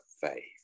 faith